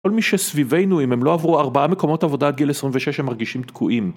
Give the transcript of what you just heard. כל מי שסביבנו אם הם לא עברו ארבעה מקומות עבודה עד גיל 26 הם מרגישים תקועים